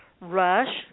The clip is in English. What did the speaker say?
Rush